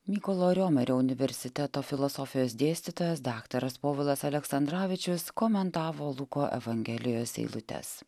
mykolo romerio universiteto filosofijos dėstytojas daktaras povilas aleksandravičius komentavo luko evangelijos eilutes